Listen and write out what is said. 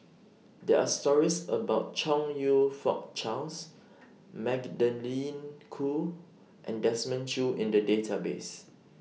There Are stories about Chong YOU Fook Charles Magdalene Khoo and Desmond Choo in The Database